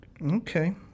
Okay